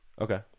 Okay